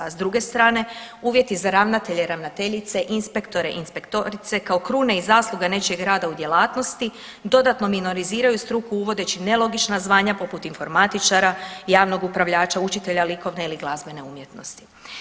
S druge strane, uvjete za ravnatelje i ravnateljice, inspektore i inspektorice, kao krune i zasluge nečijeg rada u djelatnosti, dodatno minoriziraju struku uvodeći nelogična zvanja poput informatičara, javnog upravljača likovne ili glazbene umjetnosti.